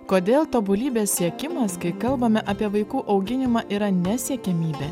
kodėl tobulybės siekimas kai kalbame apie vaikų auginimą yra ne siekiamybė